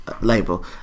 label